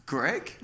Greg